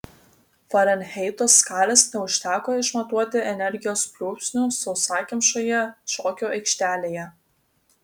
farenheito skalės neužteko išmatuoti energijos pliūpsnių sausakimšoje šokių aikštelėje